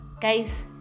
guys